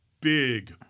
big